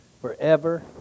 forever